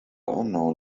unknown